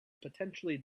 potentially